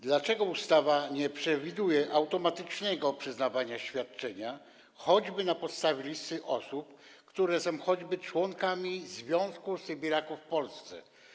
Dlaczego ustawa nie przewiduje automatycznego przyznawania świadczenia, choćby na podstawie listy osób, które są członkami Związku Sybiraków w Polsce?